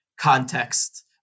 context